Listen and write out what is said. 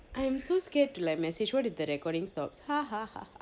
I'm so scared to like message what if the recording stops ha ha ha ha